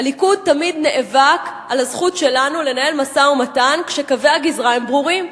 הליכוד תמיד נאבק על הזכות שלנו לנהל משא-ומתן כשקווי הגזרה הם ברורים,